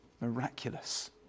miraculous